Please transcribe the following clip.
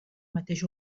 mateix